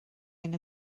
hyn